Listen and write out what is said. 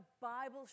Bible